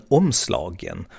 omslagen